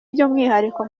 byumwihariko